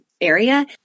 area